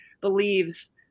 believes